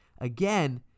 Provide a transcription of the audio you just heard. again